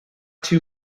too